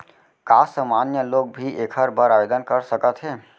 का सामान्य लोग भी एखर बर आवदेन कर सकत हे?